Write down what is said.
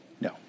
No